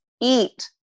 eat